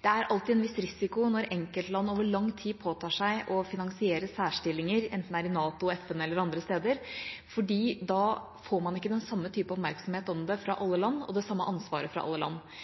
Det er alltid en viss risiko når enkeltland over lang tid påtar seg å finansiere særstillinger, enten det er i NATO, FN eller andre steder, for da får man ikke den samme typen oppmerksomhet om det fra alle land, og det samme ansvaret fra alle land.